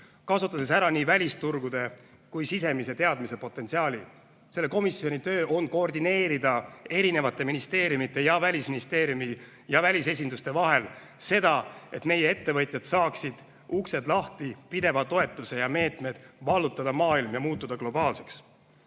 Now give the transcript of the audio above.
kasutades ära nii välisturgude kui ka sisemise teadmise potentsiaali. Selle komisjoni töö on koordineerida muude ministeeriumide ja Välisministeeriumi, sealhulgas välisesinduste tööd selle nimel, et meie ettevõtjad saaksid uksed lahti, pideva toetuse ja meetmed vallutada maailm ja muutuda globaalseks.